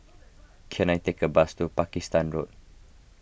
can I take a bus to Pakistan Road